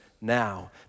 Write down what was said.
now